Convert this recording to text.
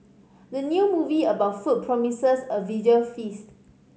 the new movie about food promises a visual feast